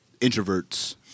introverts